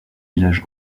village